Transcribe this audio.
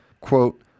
Quote